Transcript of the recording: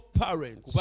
parents